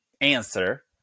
answer